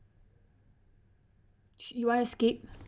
you want to skip